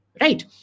Right